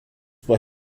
bei